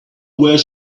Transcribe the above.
where